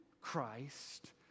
Christ